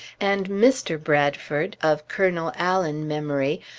and mr. bradford, of colonel allen memory,